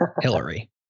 Hillary